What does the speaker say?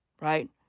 right